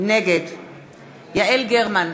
נגד יעל גרמן,